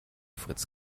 fritz